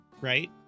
right